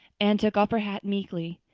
anne took off her hat meekly.